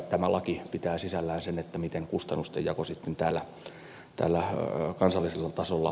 tämä laki pitää sisällään sen miten kustannustenjako kansallisella tasolla järjestetään